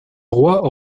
roi